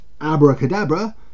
abracadabra